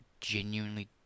genuinely